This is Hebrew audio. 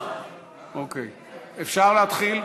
אפשר להתחיל,